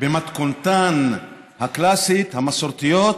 במתכונתן הקלאסית, המסורתית,